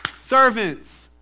Servants